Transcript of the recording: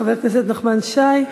חבר הכנסת נחמן שי.